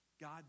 God